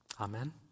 Amen